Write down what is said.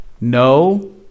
no